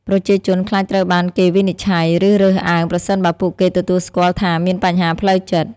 ប្រជាជនខ្លាចត្រូវបានគេវិនិច្ឆ័យ ឬរើសអើងប្រសិនបើពួកគេទទួលស្គាល់ថាមានបញ្ហាផ្លូវចិត្ត។